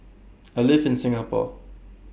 I live in Singapore